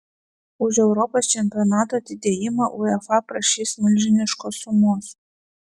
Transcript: už europos čempionato atidėjimą uefa prašys milžiniškos sumos